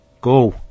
Go